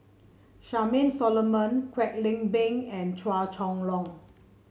Charmaine Solomon Kwek Leng Beng and Chua Chong Long